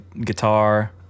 guitar